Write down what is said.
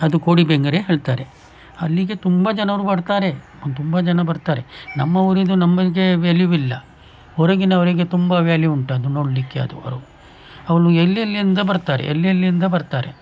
ಅದು ಕೋಡಿ ಬೆಂಗ್ರೆ ಹೇಳ್ತಾರೆ ಅಲ್ಲಿಗೆ ತುಂಬ ಜನರು ಬರ್ತಾರೆ ತುಂಬ ಜನ ಬರ್ತಾರೆ ನಮ್ಮ ಊರಿಂದು ನಮಗೆ ವ್ಯಾಲ್ಯು ಇಲ್ಲ ಹೊರಗಿನವರಿಗೆ ತುಂಬ ವ್ಯಾಲ್ಯು ಉಂಟು ಅದು ನೋಡಲಿಕ್ಕೆ ಅದು ಅವ್ರು ಅವರು ಎಲ್ಲೆಲ್ಲಿಂದ ಬರ್ತಾರೆ ಎಲ್ಲೆಲ್ಲಿಂದ ಬರ್ತಾರೆ